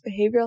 Behavioral